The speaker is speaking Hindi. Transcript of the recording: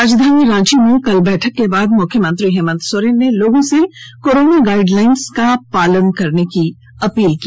राजधानी रांची में कल बैठक के बाद मुख्यमंत्री हेमंत सोरेन ने लोगों से कोरोना गाइडलाइनस् का पालन करने की अपील की